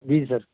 ਜੀ ਸਰ